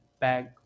bag